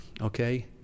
okay –